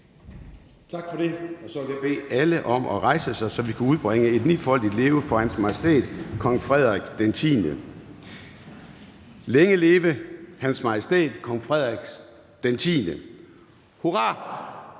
Tak for det. Så vil jeg bede alle om at rejse sig, så vi kan udbringe et nifoldigt leve for Hans Majestæt Kong Frederik X. Længe leve Hans Majestæt Kong Frederik X.